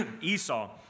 Esau